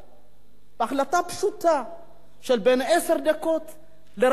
בהחלטה פשוטה של בין עשר דקות לרבע שעה,